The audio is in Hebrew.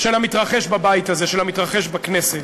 של המתרחש בבית הזה, של המתרחש בכנסת,